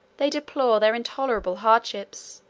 they deplore their intolerable hardships,